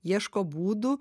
ieško būdų